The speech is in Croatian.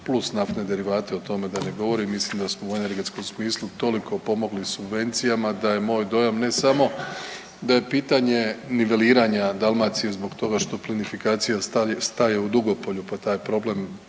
plus naftne derivate o tome da ne govorim mislim da smo u energetskom smislu toliko pomogli subvencijama da je moj dojam ne samo da je pitanje niveliranja Dalmacije zbog toga što plinifikacija staje u Dugopolju pa taj problem